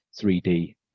3D